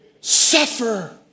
Suffer